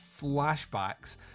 flashbacks